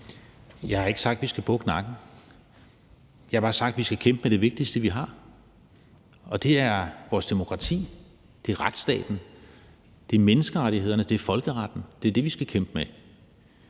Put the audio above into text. Jeg har ikke sagt, at vi skal bukke nakken. Jeg har bare sagt, at vi skal kæmpe med det vigtigste, vi har, og det er vores demokrati, det er retsstaten, det er menneskerettighederne, det er folkeretten. Det er det, vi skal kæmpe med.